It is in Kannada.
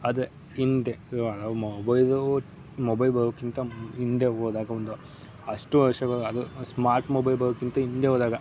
ಅದೇ ಹಿಂದೆ ಇವಾಗ ಮೊಬೈಲು ಮೊಬೈಲ್ ಬರೋಕ್ಕಿಂತ ಹಿಂದೆ ಹೋದಾಗ ಒಂದು ಅಷ್ಟು ವರ್ಷಗಳು ಹಾಗೂ ಸ್ಮಾರ್ಟ್ ಮೊಬೈಲ್ ಬರೋಕ್ಕಿಂತ ಹಿಂದೆ ಹೋದಾಗ